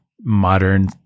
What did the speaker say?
modern